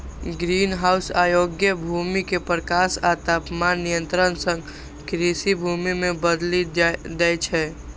greenhouse अयोग्य भूमि कें प्रकाश आ तापमान नियंत्रण सं कृषि भूमि मे बदलि दै छै